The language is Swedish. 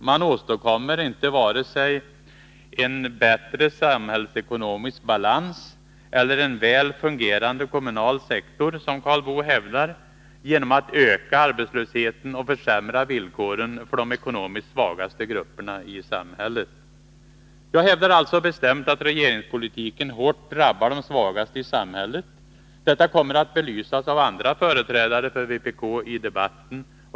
Man åstadkommer inte vare sig ”en bättre samhällsekonomisk balans” eller ”en väl fungerande kommunal sektor”, som Karl Boo hävdar, genom att öka arbetslösheten och försämra villkoren för de ekonomiskt svagaste grupperna i samhället. Jag hävdar alltså bestämt att regeringspolitiken hårt drabbar de svagaste i samhället. Detta kommer att belysas av andra företrädare för vpk i debatten.